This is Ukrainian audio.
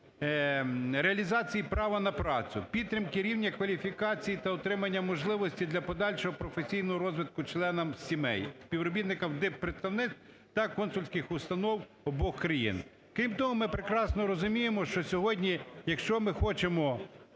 реалізації права на працю, підтримки рівня кваліфікації та отримання можливості для подальшого професійного розвитку членам сімей співробітників диппредставництв та консульських установ обох країн. Крім того, ми прекрасно розуміємо, що сьогодні, якщо ми хочемо